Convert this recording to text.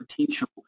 potential